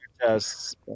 tests